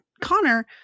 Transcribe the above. Connor